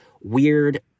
weird